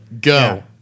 Go